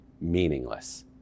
meaningless